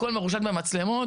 הכול מרושת במצלמות.